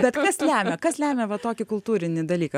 bet kas lemia kas lemia va tokį kultūrinį dalyką